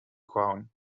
crown